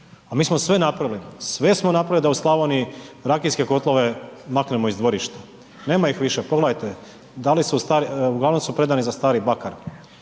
a mi smo sve napravili, sve smo napravili da u Slavoniji rakijske kotlove maknemo iz dvorišta, nema ih više. Pogledajte, uglavnom su predani za stari bakar.